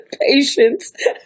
patience